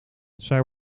zij